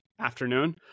afternoon